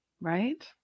right